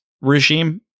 regime